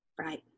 Right